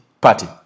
party